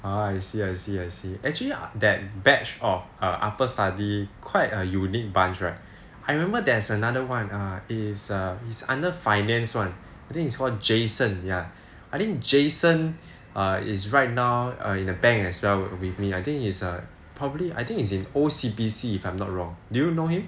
oh I see I see I see actually that batch of err upper study quite a unique bunch right I remember there's another one is err he's under finance [one] I think he's called jason ya I think jason err is right now err in the bank as well with me I think he's probably I think he's in O_C_B_C if I'm not wrong do you know him